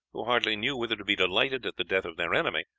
who hardly knew whether to be delighted at the death of their enemy,